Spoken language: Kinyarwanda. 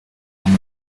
undi